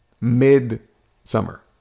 mid-summer